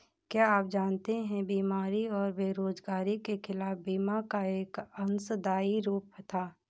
क्या आप जानते है बीमारी और बेरोजगारी के खिलाफ बीमा का एक अंशदायी रूप था?